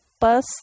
bus